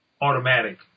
automatic